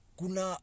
kuna